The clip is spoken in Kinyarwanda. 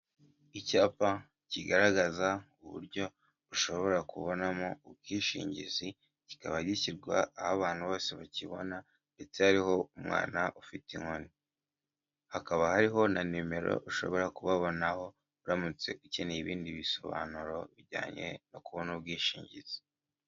Icyapa kigaragaza uburyo ushobora kubonamo ubwishingizi kikaba gishyirwa aho abantu bose bakibona ndetse hariho umwana ufite inkoni, hakaba hariho na nimero ushobora kubabonaho uramutse ukeneye ibindi bisobanuro bijyanye no kubona ubwishingizi.